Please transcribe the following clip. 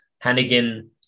Hannigan